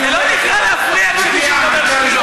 אתה לא יכול להפריע למישהו שמדבר שטויות.